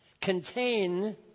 contain